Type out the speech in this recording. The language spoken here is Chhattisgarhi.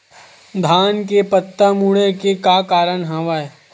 धान के पत्ता मुड़े के का कारण हवय?